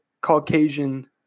Caucasian